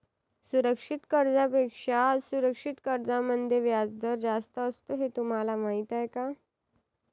सुरक्षित कर्जांपेक्षा असुरक्षित कर्जांमध्ये व्याजदर जास्त असतो हे तुम्हाला माहीत आहे का?